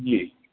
جی